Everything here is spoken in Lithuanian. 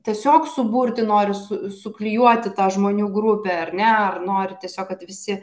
tiesiog suburti nori su suklijuoti tą žmonių grupę ar ne ar nori tiesiog kad visi